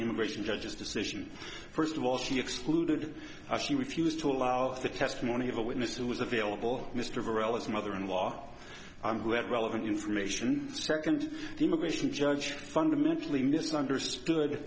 immigration judge's decision first of all she excluded i she refused to allow of the testimony of a witness who was available mr burrell his mother in law who had relevant information second the immigration judge fundamentally misunderstood